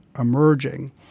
emerging